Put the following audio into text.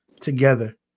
together